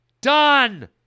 done